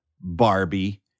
Barbie